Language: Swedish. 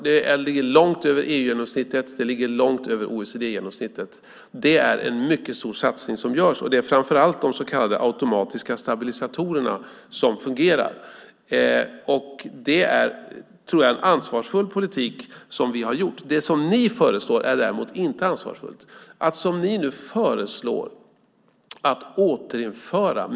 Det ligger långt över EU-genomsnittet och långt över OECD-genomsnittet. Det är en mycket stor satsning som görs, och det är framför allt de så kallade automatiska stabilisatorerna som fungerar. Det är en ansvarsfull politik som vi har fört. Det som ni föreslår är däremot inte ansvarsfullt.